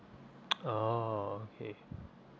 oh okay